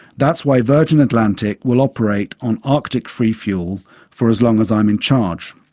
that's why virgin atlantic will operate on arctic-free fuel for as long as i'm in charge.